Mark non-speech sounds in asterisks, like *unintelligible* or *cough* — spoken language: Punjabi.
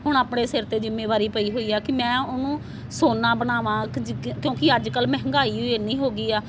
ਹੁਣ ਆਪਣੇ ਸਿਰ 'ਤੇ ਜ਼ਿੰਮੇਵਾਰੀ ਪਈ ਹੋਈ ਆ ਕਿ ਮੈਂ ਉਹਨੂੰ ਸੋਨਾ ਬਣਾਵਾਂ *unintelligible* ਕਿਉਂਕਿ ਅੱਜ ਕੱਲ੍ਹ ਮਹਿੰਗਾਈ ਹੋਈ ਇੰਨੀ ਹੋ ਗਈ ਆ